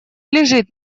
лежит